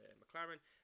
mclaren